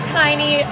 tiny